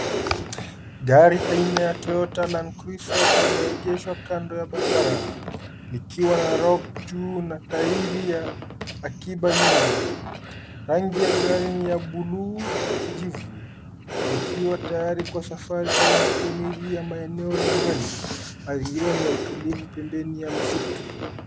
Gari aina ya Toyota Landcrusier lime egeshwa kando ya barabara likiwa rope na juu likwa na tairi akiba nyuma. Rangi ya gari ni ya buluu likiwa na tayari kwa safari au matumizi ya maeneo ya mbali. Mazingira ni ya utulivu pembeni ya msitu.